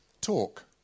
talk